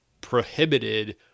prohibited